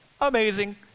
Amazing